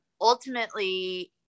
Ultimately